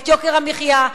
את יוקר המחיה,